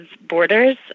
borders